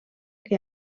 que